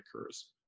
occurs